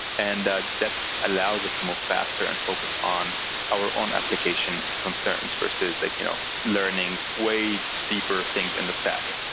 and that that allows us to move faster and focus on our own application concerns, versus you know learning way deeper things in the stack.